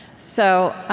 so